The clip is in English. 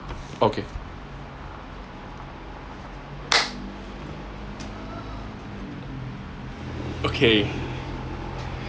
okay okay